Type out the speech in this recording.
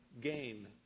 gain